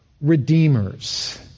redeemers